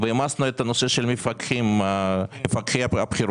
והנושא של מפקחי הבחירות.